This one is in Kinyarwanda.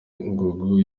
ngugu